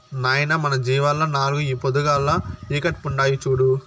నాయనా మన జీవాల్ల నాలుగు ఈ పొద్దుగాల ఈకట్పుండాయి చూడు